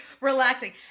relaxing